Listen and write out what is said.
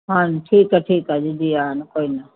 ਹਾਂਜੀ ਠੀਕ ਹੈ ਠੀਕ ਹੈ ਜੀ ਜੀ ਆਇਆਂ ਨੂੰ ਕੋਈ ਨਹੀਂ